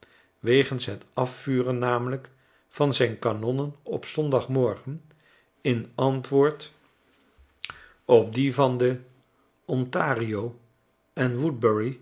wegens het afvuren namelijk van zijn kanonnen op zondagmorgen in antwoord op die van de ontario en